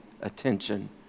attention